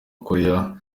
koreya